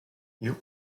ihr